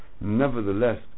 Nevertheless